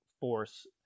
force